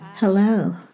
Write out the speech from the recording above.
Hello